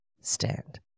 stand